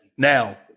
Now